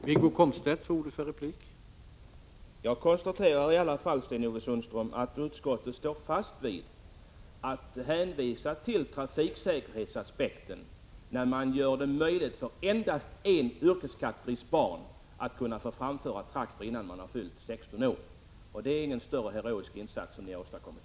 Herr talman! Jag konstaterar i alla fall, Sten-Ove Sundström, att utskottet står fast vid att hänvisa till trafiksäkerhetsaspekten när man gör det möjligt för endast en yrkeskategoris barn att få framföra traktor innan de fyllt 16 år. Det är ingen större heroisk insats ni har åstadkommit.